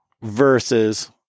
versus